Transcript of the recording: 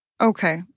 Okay